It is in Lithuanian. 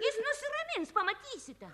jis nusiramins pamatysite